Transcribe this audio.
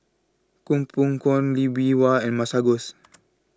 Koh Poh Koon Lee Bee Wah and Masagos